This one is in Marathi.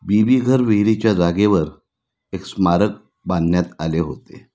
बीबीघर विहिरीच्या जागेवर एक स्मारक बांधण्यात आले होते